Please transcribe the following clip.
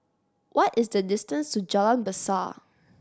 what is the distance to Jalan Besar